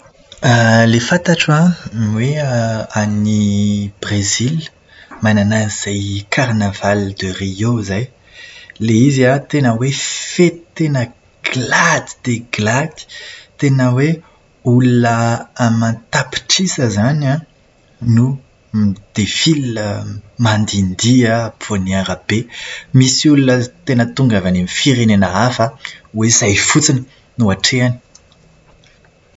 Ilay fantatro an, ny hoe an'ny Brezila, manan an'izay "carnaval de Rio" izay. Ilay izy an tena hoe fety tena glady dia glady. Tena hoe olona aman-tapitrisa izany an, no midéfile mandihindihy an ampovoan'ny arabe. Misy olona tena tonga avy any amin'ny firenena hafa hoe izay fotsiny no atrehiny.